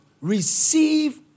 receive